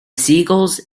seagulls